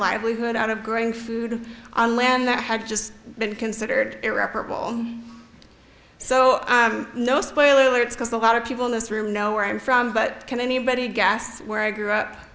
livelihood out of growing food on land that had just been considered irreparable so no spoiler it's because a lot of people in this room know where i'm from but can anybody gas where i grew up